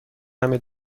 همه